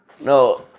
no